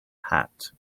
hat